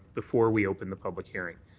before we open the public hearing.